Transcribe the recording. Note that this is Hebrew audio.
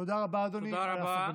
תודה רבה, אדוני, על הסבלנות.